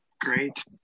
Great